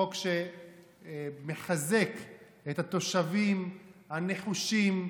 חוק שמחזק את התושבים הנחושים,